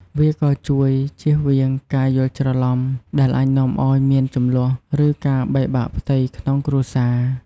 វាក៏ជួយ ជៀសវាងការយល់ច្រឡំ ដែលអាចនាំឲ្យមានជម្លោះ ឬការបែកបាក់ផ្ទៃក្នុងគ្រួសារ។